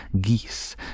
geese